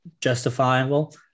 justifiable